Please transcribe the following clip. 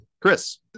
Chris